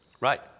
Right